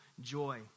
joy